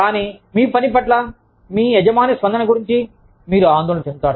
కానీ మీ పని పట్ల మీ యజమాని స్పందన గురించి మీరు ఆందోళన చెందుతారు